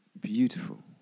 beautiful